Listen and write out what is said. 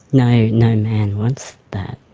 no no man wants that.